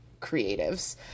creatives